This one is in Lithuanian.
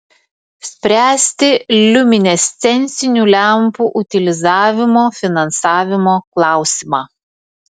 spręsti liuminescencinių lempų utilizavimo finansavimo klausimą